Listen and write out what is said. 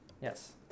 Yes